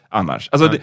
annars